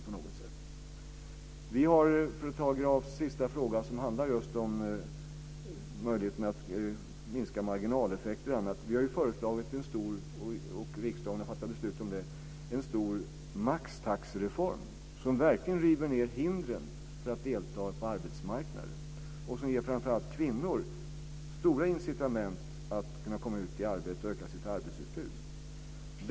För att svara på Grafs sista fråga, som handlar om möjligheterna att minska t.ex. marginaleffekter, vill jag säga att vi har föreslagit och riksdagen har fattat beslut om en stor maxtaxereform, som verkligen river ned hindren för att delta på arbetsmarknaden. Den ger framför allt kvinnor incitament att komma ut i arbete och öka sitt arbetsutbud.